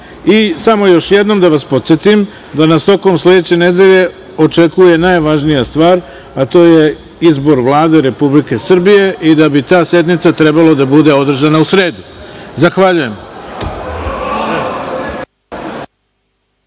samo još jednom da vas podsetim da nas tokom sledeće nedelje očekuje najvažnija stvar, a to je izbor Vlade Republike Srbije i da bi ta sednica trebala da bude održana u sredu. Zahvaljujem.